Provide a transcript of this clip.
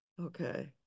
okay